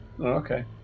Okay